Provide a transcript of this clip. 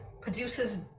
produces